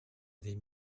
avait